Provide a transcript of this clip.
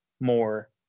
more